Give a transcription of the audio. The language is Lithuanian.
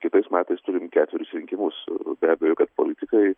kitais metais turim ketverius rinkimus be abejo kad politikai